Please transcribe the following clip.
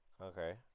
okay